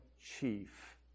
chief